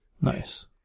Nice